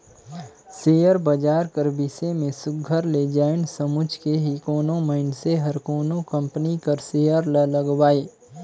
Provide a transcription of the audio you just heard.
share बजार कर बिसे में सुग्घर ले जाएन समुझ के ही कोनो मइनसे हर कोनो कंपनी कर सेयर ल लगवाए